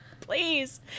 Please